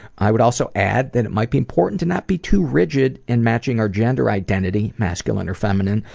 i would also add that it might be important to not be too rigid in matching our gender identity, masculine or feminine,